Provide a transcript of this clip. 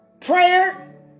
prayer